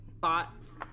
thoughts